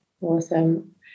Awesome